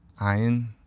iron